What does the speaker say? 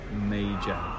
major